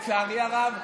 לצערי הרב,